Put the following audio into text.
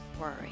Worry